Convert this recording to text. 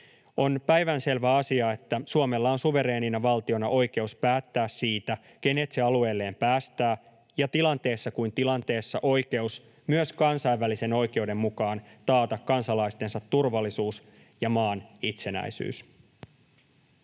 On päivänselvä asia, että Suomella on suvereenina valtiona oikeus päättää siitä, kenet se alueelleen päästää, ja tilanteessa kuin tilanteessa oikeus myös kansainvälisen oikeuden mukaan taata kansalaistensa turvallisuus ja maan itsenäisyys.